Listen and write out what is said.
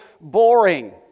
boring